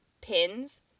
pins